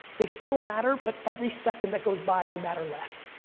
they still matter, but every second that goes by they matter less,